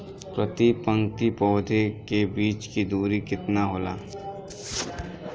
प्रति पंक्ति पौधे के बीच की दूरी केतना होला?